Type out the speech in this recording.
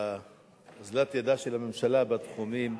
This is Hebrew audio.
אוזלת ידה של הממשלה בתחומים,